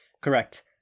Correct